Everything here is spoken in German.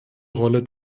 rolle